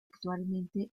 actualmente